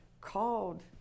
called